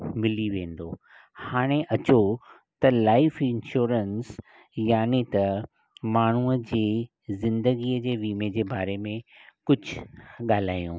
मिली वेंदो हाणे अचो त लाइफ इंशोरंस यानी त माण्हूअ जी ज़िंदगीअ जे विमे जे बारे में कुझु ॻाल्हायूं